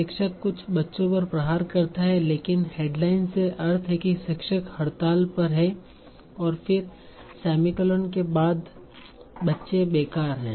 शिक्षक कुछ बच्चों पर प्रहार करता है लेकिन हेडलाइन से अर्थ है कि शिक्षक हड़ताल कर रहा है और फिर सेमीकोलन के बाद बच्चे बेकार हैं